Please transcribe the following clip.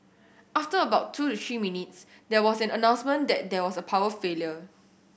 after about two to three minutes there was an announcement that there was a power failure